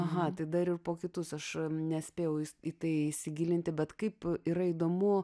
aha tai dar ir po kitus aš nespėjau į tai įsigilinti bet kaip yra įdomu